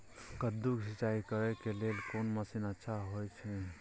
कद्दू के सिंचाई करे के लेल कोन मसीन अच्छा होय छै?